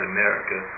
America